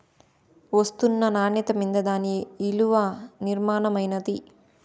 ఒస్తున్న నాన్యత మింద దాని ఇలున నిర్మయమైతాది